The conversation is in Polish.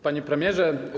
Panie Premierze!